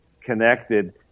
connected